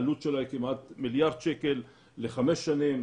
העלות שלה היא כמעט מיליארד שקל לחמש שנים.